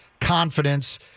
confidence